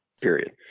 period